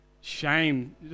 shame